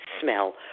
smell